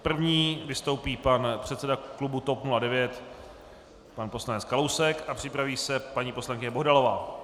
První vystoupí pan předseda klubu TOP 09, pan poslanec Kalousek a připraví se paní poslankyně Bohdalová.